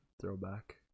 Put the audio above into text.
throwback